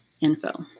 info